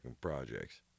projects